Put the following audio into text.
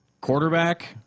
Quarterback